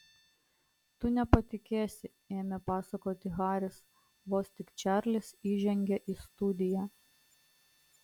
tu nepatikėsi ėmė pasakoti haris vos tik čarlis įžengė į studiją